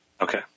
Okay